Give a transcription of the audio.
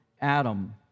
Adam